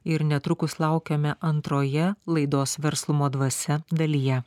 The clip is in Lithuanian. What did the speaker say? ir netrukus laukiame antroje laidos verslumo dvasia dalyje